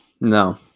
no